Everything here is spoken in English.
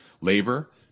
labor